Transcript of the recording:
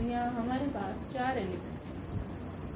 तो यहाँ हमारे पास 4 एलिमेंट हैं